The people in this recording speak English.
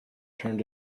turned